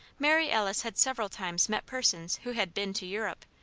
mary alice had several times met persons who had been to europe,